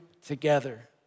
together